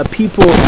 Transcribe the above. people